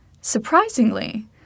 Surprisingly